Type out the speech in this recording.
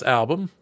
album